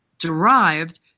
derived